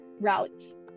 routes